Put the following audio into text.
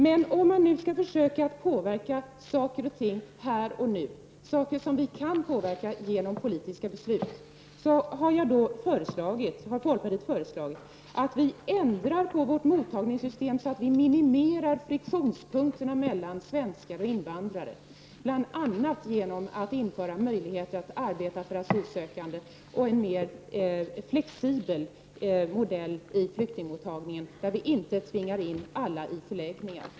Men om man skall försöka påverka saker och ting här och nu, saker som vi kan påverka genom politiska beslut, har folkpartiet föreslagit att vi ändrar på vårt mottagningssystem så att vi minimerar friktionspunkterna mellan svenskar och invandrare, bl.a. genom att införa möjligheter för asylsökande att arbeta och genom att skapa en mer flexibel modell i flyktingmottagningen, så att vi inte tvingar in alla i förläggningar.